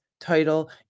title